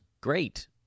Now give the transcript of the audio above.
great